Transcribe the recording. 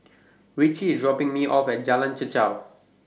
Ritchie IS dropping Me off At Jalan Chichau